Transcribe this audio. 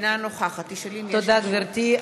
אינה נוכחת תודה, גברתי.